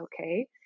okay